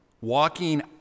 walking